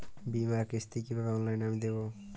বীমার কিস্তি কিভাবে অনলাইনে আমি দেবো?